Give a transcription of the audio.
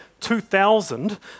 2000